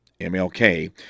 MLK